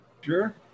Sure